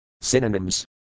Synonyms